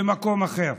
במקום אחר.